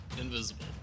invisible